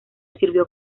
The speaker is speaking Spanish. sirvió